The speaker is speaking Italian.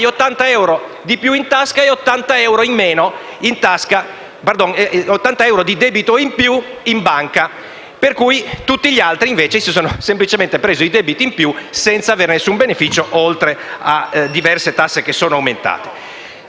80 euro di più in tasca, ma hai anche 80 euro di debito in più in banca. Tutti gli altri invece si sono semplicemente presi i debiti in più senza avere nessun beneficio, oltre a diverse tasse che sono aumentate.